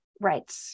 Right